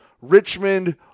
Richmond